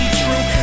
true